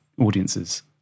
audiences